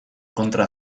kontra